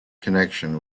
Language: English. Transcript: connection